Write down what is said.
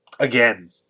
again